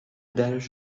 درش